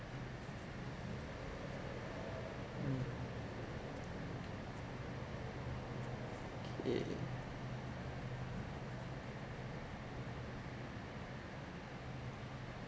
mm yeah